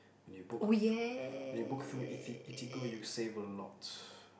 when you book through when you book through eati~ eatigo you save a lot